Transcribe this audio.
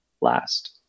last